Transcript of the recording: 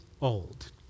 old